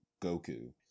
goku